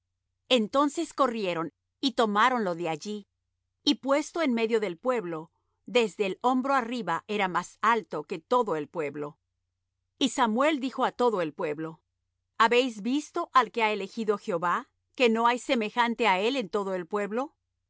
entonces corrieron y tomáronlo de allí y puesto en medio del pueblo desde el hombro arriba era más alto que todo el pueblo y samuel dijo á todo el pueblo habéis visto al que ha elegido jehová que no hay semejante á él en todo el pueblo